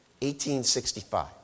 1865